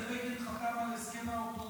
בגלל זה בגין חתם על הסכם האוטונומיה,